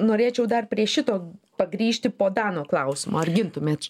norėčiau dar prieš šito pagrįžti po dano klausimo ar gintumėt